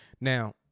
Now